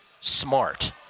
smart